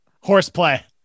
Horseplay